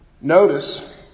Notice